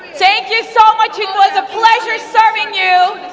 thank you so much. it was a pleasure serving you.